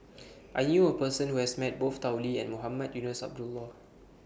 I knew A Person Who has Met Both Tao Li and Mohamed Eunos Abdullah